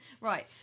Right